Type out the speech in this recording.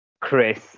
Chris